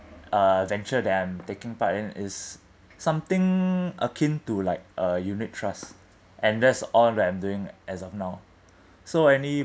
uh venture that I'm taking part in is something akin to like a unit trust and that's all that I'm doing as of now so any